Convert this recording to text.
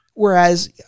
Whereas